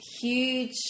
huge